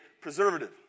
preservative